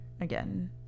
again